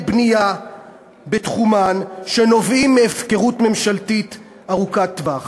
בנייה בתחומן שנובעים מהפקרות ממשלתית ארוכת טווח?